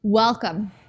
Welcome